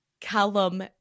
Callum